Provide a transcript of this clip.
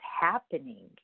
happening